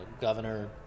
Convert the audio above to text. governor